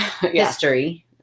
history